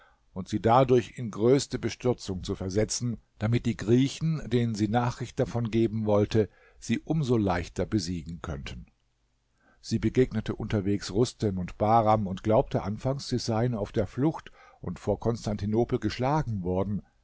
und sie dadurch in die größte bestürzung zu versetzen damit die griechen denen sie nachricht davon geben wollte sie um so leichter besiegen könnten sie begegnete unterwegs rustem und bahram und glaubte anfangs sie seien auf der flucht und vor konstantinopel geschlagen worden